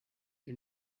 you